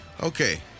okay